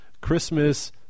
Christmas